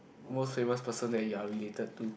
most famous person that you're related to